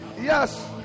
Yes